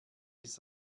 ist